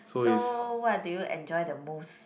so what did you enjoy the most